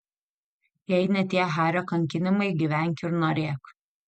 jei ne tie hario kankinimai gyvenk ir norėk